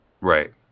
right